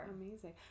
Amazing